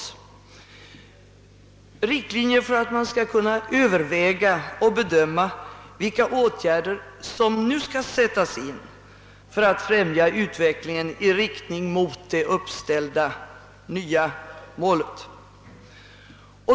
Det är riktlinjer för att man skall kunna överväga och bedöma vilka åtgärder som nu skall sättas in för att främja utvecklingen mot de uppställda nya målen.